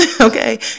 Okay